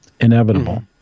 Inevitable